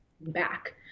back